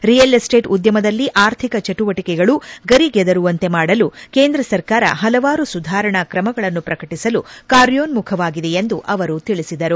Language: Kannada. ರಿಯಲ್ ಎಸ್ಟೇಟ್ ಉದ್ಯಮದಲ್ಲಿ ಆರ್ಥಿಕ ಚಟುವಟಿಕೆಗಳು ಗರಿಗೆದರುವಂತೆ ಮಾಡಲು ಕೇಂದ್ರ ಸರ್ಕಾರ ಪಲವಾರು ಸುಧಾರಣಾ ಕ್ರಮಗಳನ್ನು ಪ್ರಕಟಿಸಲು ಕಾರ್ಯೋನ್ಮುಖವಾಗಿದೆ ಎಂದು ಅವರು ತಿಳಿಸಿದರು